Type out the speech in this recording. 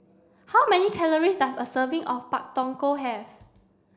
how many calories does a serving of Pak Thong Ko have